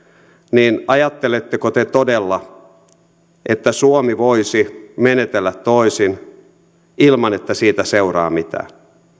niin ajatteletteko te todella että suomi voisi menetellä toisin ilman että siitä seuraa mitään